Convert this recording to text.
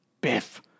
Biff